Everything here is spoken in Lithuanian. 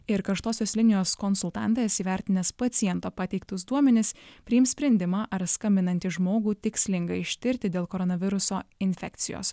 ir karštosios linijos konsultantas įvertinęs paciento pateiktus duomenis priims sprendimą ar skambinantį žmogų tikslinga ištirti dėl koronaviruso infekcijos